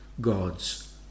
God's